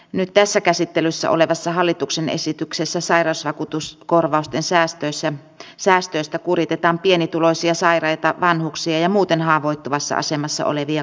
nyt tässä käsittelyssä olevassa hallituksen esityksessä sairasvakuutuskorvausten säästöistä kuritetaan pienituloisia sairaita vanhuksia ja muuten haavoittuvassa asemassa olevia kansalaisia